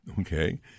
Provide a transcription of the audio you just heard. Okay